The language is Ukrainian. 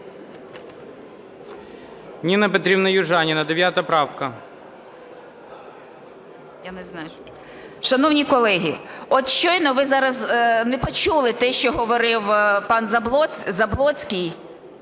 Ніна Петрівна Южаніна, 9 правка.